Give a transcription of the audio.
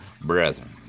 brethren